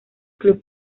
club